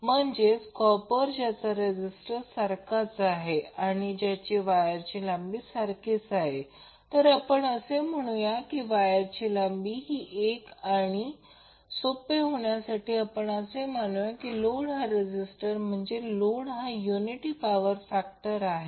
म्हणजे कॉपर ज्याचा रेजीस्टर सारखाच आहे आणि ज्याच्या वायरची लांबी सारखीच आहे तर आपण असे म्हणूया की वायरची लांबी ही 1 आणि सोपे होण्यासाठी आपण असे मानूया की लोड हा रेजीस्टर म्हणजेच लोड हा युनिटी पॉवर फॅक्टर आहे